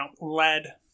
lead